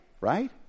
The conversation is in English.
right